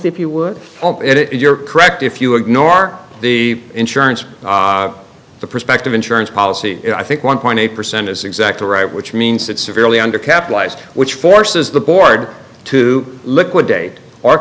h if you would it you're correct if you ignore the insurance the prospective insurance policy i think one point eight percent is exactly right which means that severely under capitalized which forces the board to liquidate or